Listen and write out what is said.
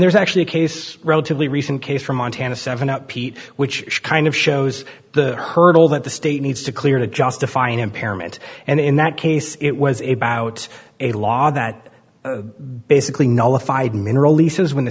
there's actually a case relatively recent case from montana seven up pete which kind of shows the hurdle that the state needs to clear to justify an impairment and in that case it was a bout a law that basically nullified mineral leases when the